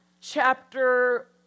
chapter